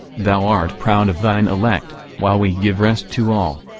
thou art proud of thine elect, while we give rest to all.